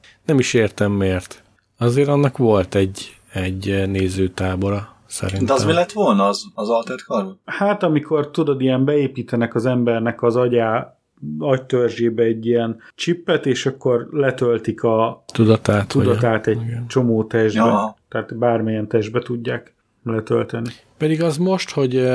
Nem is értem, miért. Azért annak volt egy- egy nézőtábora, De az szerintem. mi lett volna, az- az Altered Carbon? Hát, amikor, tudod, ilyen beépítenek az embernek az agyá- agytörzsébe egy ilyen csippet, és akkor letöltik a Tudatát, vagy- tudatát egy igen. csomó testbe. Aha. Tehát bármilyen testbe tudják letölteni. Pedig az most, hogy, ö,